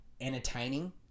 entertaining